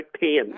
pain